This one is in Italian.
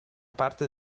parte